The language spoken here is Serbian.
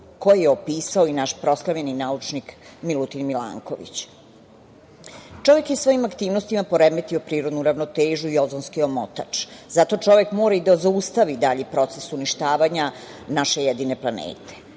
koje je opisao i naš proslavljeni naučnik Milutin Milanković. Čovek je svojim aktivnostima poremetio prirodnu ravnotežu i ozonski omotač. Zato čovek mora i da zaustavi dalji proces uništavanja naše jedine planete.